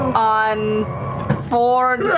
on fjord.